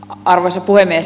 arvoisa puhemies